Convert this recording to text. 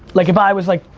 like if i was like,